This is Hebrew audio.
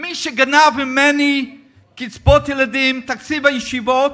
מי שגנב ממני קצבאות ילדים, תקציב הישיבות,